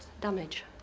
damage